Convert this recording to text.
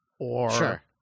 Sure